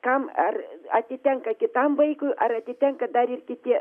kam ar atitenka kitam vaikui ar atitenka dar ir kitiem